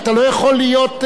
אתה לא יכול להיות,